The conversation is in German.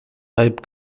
hype